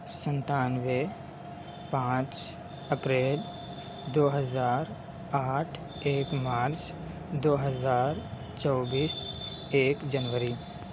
سنتانوے پانچ اپریل دو ہزار آٹھ ایک مارچ دو ہزار چوبیس ایک جنوری